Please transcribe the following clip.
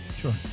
Sure